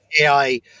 AI